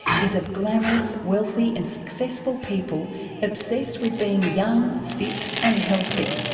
is of glamorous, wealthy and successful people obsessed with being young, fit and healthy.